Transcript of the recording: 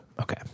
Okay